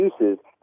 uses